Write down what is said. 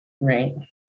right